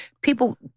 People